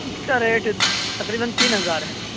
اس کا ریٹ تقریباً تین ہزار ہے